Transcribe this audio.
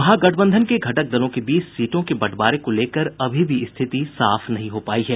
महागठबंधन के घटक दलों के बीच सीटों के बंटवारे को लेकर अभी भी स्थिति साफ नहीं हो पायी है